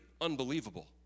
unbelievable